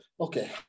okay